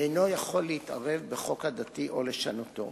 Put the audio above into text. אינו יכול להתערב בחוק הדתי או לשנותו,